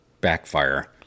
backfire